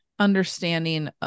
understanding